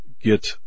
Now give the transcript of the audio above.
get